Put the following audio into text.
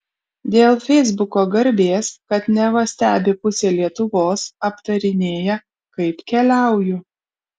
dėl feisbuko garbės kad neva stebi pusė lietuvos aptarinėja kaip keliauju